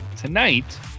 tonight